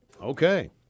Okay